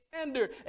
standard